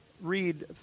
read